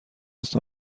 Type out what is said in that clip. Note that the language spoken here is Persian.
است